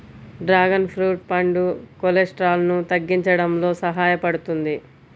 dragon fruit పండు కొలెస్ట్రాల్ను తగ్గించడంలో సహాయపడుతుంది